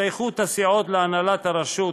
השתייכות הסיעות להנהלת הרשות,